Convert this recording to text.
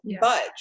budge